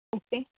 okay